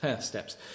steps